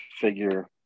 figure